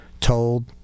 told